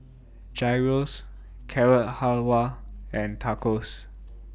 Gyros Carrot Halwa and Tacos